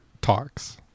talks